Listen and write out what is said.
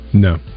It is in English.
No